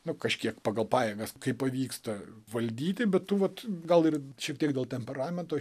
nu kažkiek pagal pajėgas kai pavyksta valdyti bet tu vat gal ir šiek tiek dėl temperamento